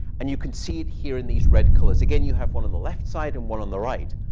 and you can see it here in these red colors. again, you have one on the left side and one on the right.